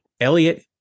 Elliot